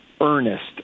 earnest